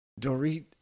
Dorit